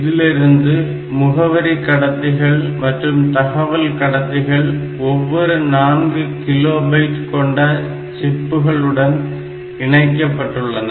இதிலிருந்து முகவரி கடத்திகள் மற்றும் தகவல்கள் கடத்திகள் ஒவ்வொரு 4 கிலோ பைட் கொண்ட சிப்புகள் உடன் இணைக்கப்பட்டுள்ளன